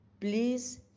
Please